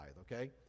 okay